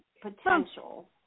potential